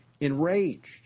enraged